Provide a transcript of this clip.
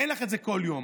אין לך את זה כל יום.